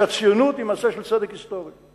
שהציונות היא מעשה של צדק היסטורי.